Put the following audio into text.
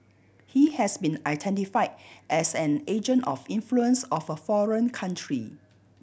he has been identify as an agent of influence of a foreign country